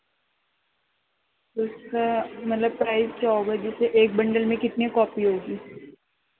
اس میں مطلب پرائز کیا ہوگا جسے ایک بنڈل میں کتنی کاپی ہوگی